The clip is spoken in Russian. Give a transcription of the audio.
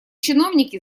чиновники